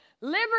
Liberty